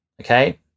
Okay